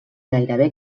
gairebé